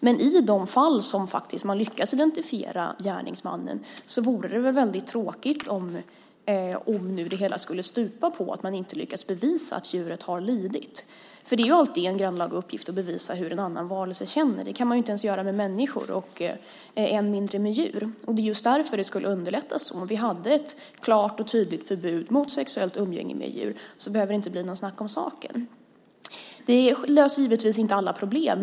Men i de fall där man faktiskt lyckas identifiera gärningsmannen vore det väl väldigt tråkigt om det hela skulle stupa på att man inte lyckas bevisa att djuret har lidit? Det är ju alltid en grannlaga uppgift att bevisa hur en annan varelse känner. Det kan man inte ens göra med människor och än mindre med djur. Det är just därför det skulle underlätta så om vi hade ett klart och tydligt förbud mot sexuellt umgänge med djur. Då behöver det inte bli något snack om saken. Det löser givetvis inte alla problem.